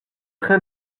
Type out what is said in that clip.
train